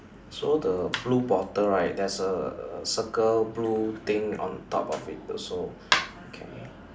so the blue bottle right there's a circle blue thing on top of it also okay